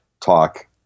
talk